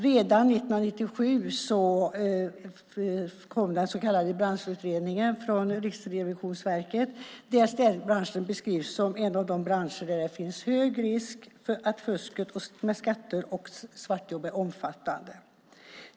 Redan 1997 kom en så kallad branschutredning från Riksrevisionsverket där städbranschen beskrivs som en av de branscher där det finns hög risk för att fusket med skatter och svartjobb är omfattande.